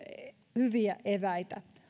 hyviä eväitä